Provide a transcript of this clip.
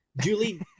Julie